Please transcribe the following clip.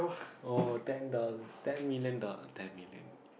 oh ten dollars ten million dollars ten million